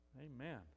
Amen